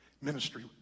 ministry